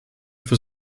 für